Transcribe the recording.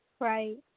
right